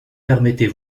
permettez